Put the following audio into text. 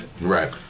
Right